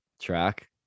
track